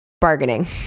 Bargaining